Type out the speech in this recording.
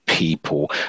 People